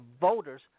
voters